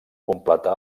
completà